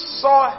saw